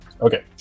okay